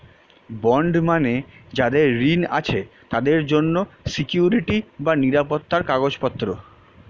bond মানে যাদের ঋণ আছে তাদের জন্য সিকুইরিটি বা নিরাপত্তার কাগজপত্র